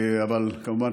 אבל כמובן,